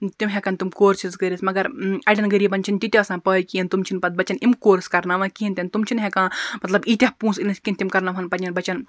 تِم ہیٚکَن تِم کورسِز کٔرِتھ مَگَر اَڑٮ۪ن غریٖبَن چھنہٕ تِتہِ آسان پاے کِہیٖنۍ تِم چھِنہٕ پَتہٕ بَچَن یِم کورس کَرناوان کِہیٖنۍ تہِ نہٕ تِم چھِنہٕ ہیٚکام مَطلَب ییٖتیاہ پونٛسہٕ أنِتھ کہِ تِم کَرناوہَن پَنٕنٮ۪ن بَچَن